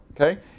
okay